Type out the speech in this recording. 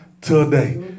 today